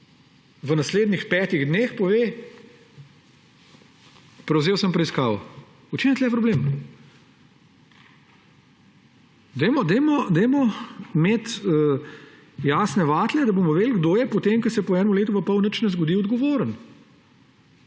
v naslednjih petih dneh pove: prevzel sem preiskavo. V čem je tukaj problem? Dajmo, dajmo imeti jasne vatle, da bomo vedeli, kdo je, potem ko se po enem letu pa pol nič ne bo zgodilo, odgovoren.